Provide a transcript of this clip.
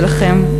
ולכם,